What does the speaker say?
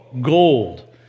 Gold